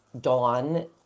dawn